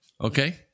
Okay